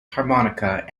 harmonica